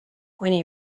when